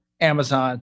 Amazon